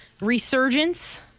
resurgence